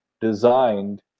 designed